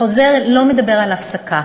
החוזר לא מדבר על הפסקה,